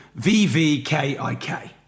VVKIK